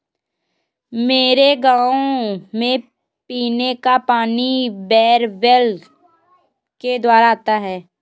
मेरे गांव में पीने का पानी बोरवेल के द्वारा आता है